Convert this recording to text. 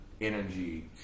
energy